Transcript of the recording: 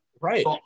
Right